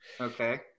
Okay